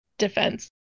Defense